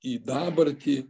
į dabartį